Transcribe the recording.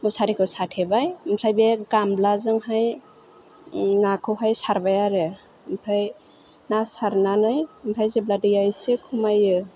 मोसारिखौ साथेबाय ओमफ्राय बे गामलाजोंहाय नाखौहाय सारबाय आरो ओमफ्राय ना सारनानै ओमफ्राय जेब्ला दैया एसे खमायो